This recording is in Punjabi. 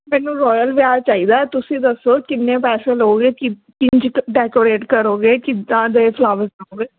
ਮੈਨੂੰ ਰੋਇਲ ਵਿਆਹ ਚਾਹੀਦਾ ਤੁਸੀਂ ਦੱਸੋ ਕਿੰਨੇ ਪੈਸੇ ਲਓਗੇ ਕਿ ਕਿੰਝ ਡੈਕੋਰੇਟ ਕਰੋਗੇ ਕਿੱਦਾਂ ਦੇ ਫਲਾਵਰਸ ਲਗਾਓਗੇ